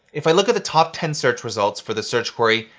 if i look at the top ten search results for the search query,